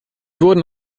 wurden